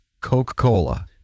Coca-Cola